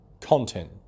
content